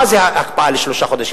מה זו הקפאה לשלושה חודשים?